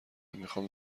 میخام